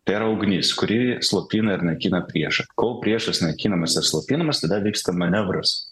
tai yra ugnis kuri slopina ir naikina priešą kol priešas naikinamas ir slopinamas tada vyksta manevras